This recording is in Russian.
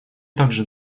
также